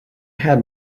had